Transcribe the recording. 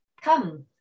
come